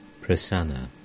Prasanna